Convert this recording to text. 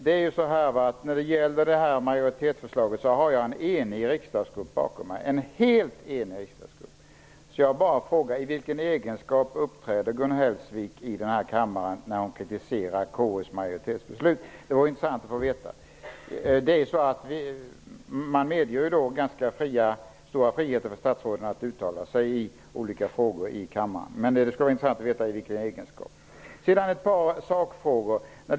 Det står nämligen en helt enig riksdagsgrupp bakom detta majoritetsbeslut. Jag frågar därför igen: I vilken egenskap uppträder Gun Hellsvik i denna kammare när hon kritiserar KU:s majoritetsbeslut? Det vore intressant att få veta. Det medges visserligen ganska stora friheter för statsråden att uttala sig i olika frågor i kammaren. Men det vore ändå intressant att få veta i vilken egenskap hon gör det nu.